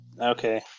Okay